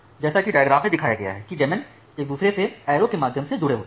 जैसा कि डायग्राम में दिखाया गया है कि डेमन एक दुसरे से ऐरो के माध्यम से जुड़े होते हैं